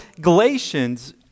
Galatians